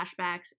flashbacks